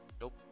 Nope